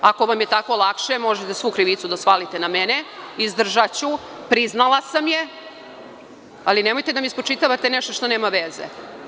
Ako vam je tako lakše, možete svu krivicu da svalite na mene, izdržaću, priznala sam je, ali nemojte da mi spočitavate nešto što nema veze.